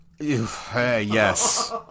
Yes